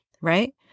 Right